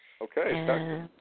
Okay